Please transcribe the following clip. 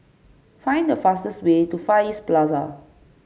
find the fastest way to Far East Plaza